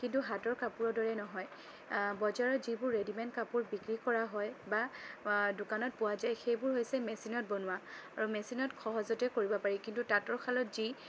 কিন্তু হাতৰ কাপোৰৰ দৰে নহয় বজাৰত যিবোৰ ৰেডীমেড কাপোৰ বিক্ৰী কৰা হয় বা দোকানত পোৱা যায় সেইবোৰ হৈছে মেচিনত বনোৱা আৰু মেচিনত সহজতে কৰিব পাৰি কিন্তু তাঁতৰ শালত যি